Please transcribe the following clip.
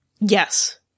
Yes